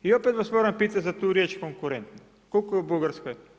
I opet vas moram pitati za tu riječ konkurentno, koliko je u Bugarskoj?